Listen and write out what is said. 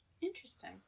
interesting